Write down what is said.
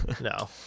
No